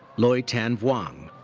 loi tan vuong.